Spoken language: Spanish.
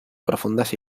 profundas